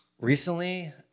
Recently